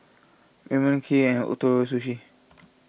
Ramen Kheer and Ootoro Sushi